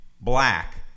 black